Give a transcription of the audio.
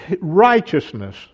righteousness